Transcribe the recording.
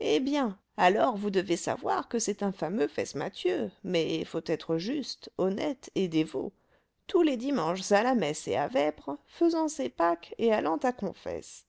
eh bien alors vous devez savoir que c'est un fameux fesse mathieu mais faut être juste honnête et dévot tous les dimanches à la messe et à vêpres faisant ses pâques et allant à confesse